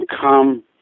come